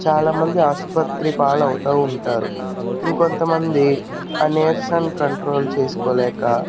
చాలామంది ఆసుపత్రి పాలవుతా ఉంటారు ఇంకొంతమంది ఆ నీర్సం కంట్రోల్ చేసుకోలేక